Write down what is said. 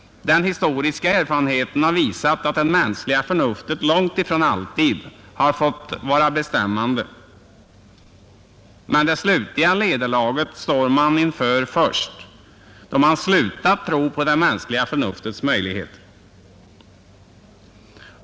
Den historiska erfarenheten har visat att det mänskliga förnuftet långt ifrån alltid fått vara bestämmande. Men det slutliga nederlaget står man inför först då man upphört tro på det mänskliga förnuftet och dess möjligheter.